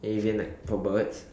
Avian like for birds